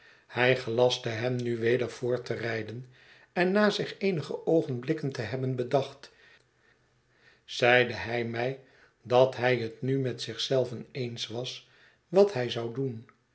hij gelastte hem nu weder voort te rijden en na zich eenige oogenblikken te hebben bedacht zeide hij mij dat hij het nu met zich zelven eens was wat hij zou doen